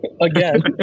again